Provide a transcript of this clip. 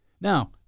Now